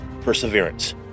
perseverance